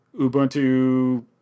Ubuntu